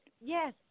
Yes